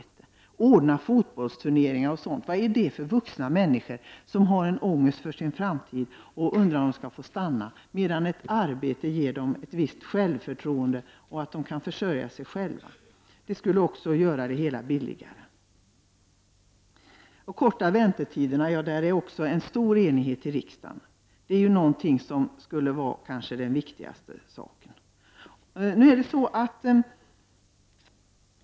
Vad är det för mening med att ordna fotbollsturneringar och dylikt för vuxna människor som bär på en ångest för sin framtid och undrar om de ska få stanna? Ett arbete ger dem däremot ett visst självförtroende, och de kan försörja sig själva. Det skulle också göra det hela billigare. Det finns också stor enighet i riksdagen om att man skall korta väntetiderna. Det är nog den viktigaste åtgärden.